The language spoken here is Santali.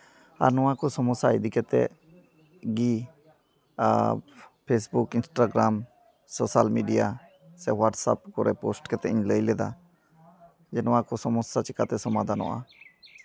ᱟᱨ ᱱᱚᱣᱟ ᱠᱚ ᱥᱚᱢᱚᱥᱥᱟ ᱤᱫᱤ ᱠᱟᱛᱮᱜ ᱜᱮ ᱟᱨ ᱯᱷᱮᱥᱵᱩᱠ ᱤᱱᱥᱴᱟᱜᱨᱟᱢ ᱥᱚᱥᱟᱞ ᱢᱤᱰᱤᱭᱟ ᱥᱮ ᱦᱳᱴᱟᱥᱮᱯ ᱠᱚᱨᱮᱜ ᱯᱳᱥᱴ ᱠᱟᱛᱮᱜ ᱤᱧ ᱞᱟᱹᱭ ᱞᱮᱫᱟ ᱡᱮ ᱱᱚᱣᱟᱠᱚ ᱥᱚᱢᱚᱥᱥᱟ ᱪᱤᱠᱟᱛᱮ ᱥᱚᱢᱟᱫᱷᱟᱱᱚᱜᱼᱟ